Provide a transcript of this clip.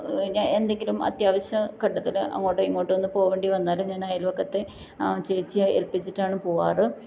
ഞാൻ എന്തെങ്കിലും അത്യാവശ്യഘട്ടത്തിൽ അങ്ങോട്ടോ ഇങ്ങോട്ടോ ഒന്ന് പോവേണ്ടി വന്നാലും ഞാന് അയൽ വക്കത്തെ ചേച്ചിയെ എല്പ്പിച്ചിട്ടാണ് പോവാറ്